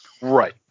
Right